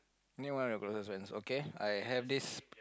name one of your closest friends okay I have this